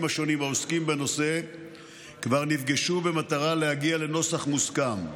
השונים העוסקים בנושא כבר נפגשו במטרה להגיע לנוסח מוסכם.